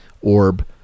orb